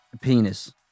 Penis